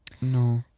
No